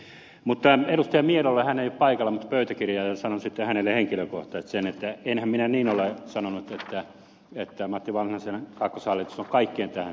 miedolle hän ei ole paikalla mutta pöytäkirjaan ja sanon sitten hänelle henkilökohtaisesti sen että enhän minä niin ole sanonut että matti vanhasen kakkoshallitus on kaikkeen tähän syypää